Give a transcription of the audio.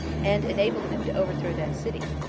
and enable him to overthrow that city,